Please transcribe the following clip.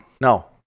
No